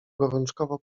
gorączkowo